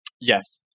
Yes